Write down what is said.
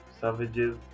Savages